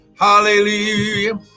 Hallelujah